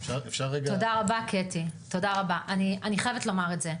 תודה רבה קטי, תודה רבה, אני חייבת לומר את זה,